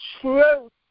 truth